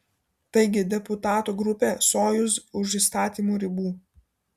taigi deputatų grupė sojuz už įstatymo ribų